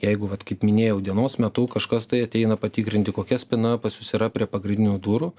jeigu vat kaip minėjau dienos metu kažkas tai ateina patikrinti kokia spyna pas jus yra prie pagrindinių durų